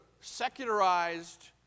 secularized